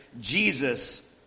Jesus